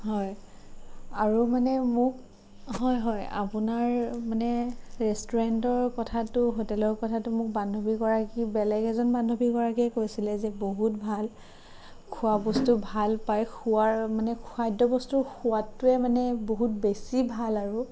হয় আৰু মানে মোক হয় হয় আপোনাৰ মানে ৰেষ্টুৰেণ্টৰ কথাটো হোটেলৰ কথাটো মোক বান্ধৱী গৰাকীৰ বেলেগ এজন বান্ধৱী গৰাকীয়ে কৈছিলে যে বহুত ভাল খোৱা বস্তু ভাল পায় খোৱাৰ মানে খাদ্য বস্তুৰ সোৱাদটোৱে মানে বহুত বেছি ভাল আৰু